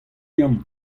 yann